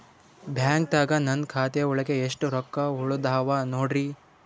ಬ್ಯಾಂಕ್ದಾಗ ನನ್ ಖಾತೆ ಒಳಗೆ ಎಷ್ಟ್ ರೊಕ್ಕ ಉಳದಾವ ನೋಡ್ರಿ?